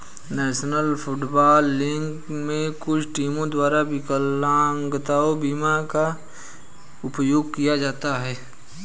national Football League में कुछ टीमों द्वारा विकलांगता बीमा का उपयोग किया जाता है